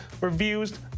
reviews